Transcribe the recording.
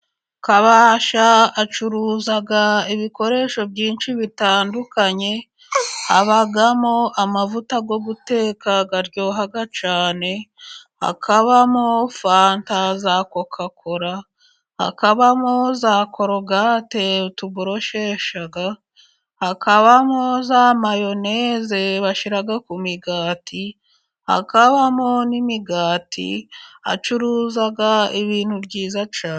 Kabasha acuruza ibikoresho byinshi bitandukanye, habamo amavuta yo guteka aryoha cyane, habamo fanta za Kokakora, habamo za korogate tuboroshesha, habamo za Mayoneze bashyira ku migati, habamo n'imigati, acuruza ibintu byiza cyane.